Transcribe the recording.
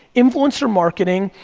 influencer marketing,